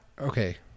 okay